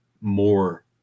more